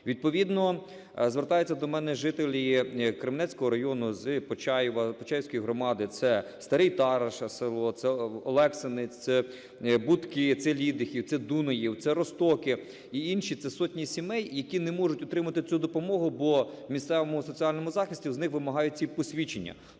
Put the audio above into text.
Відповідно звертаються до мене жителі Кременецького району, з Почаєва почаївські громади, це Старий Тараж село, це Олексинець, це Будки, це Лідихів, це Дунаїв, це Розтоки і інші. Це сотні сімей, які не можуть отримати цю допомогу, бо в місцевому соціальному захисті з них вимагають ці посвідчення.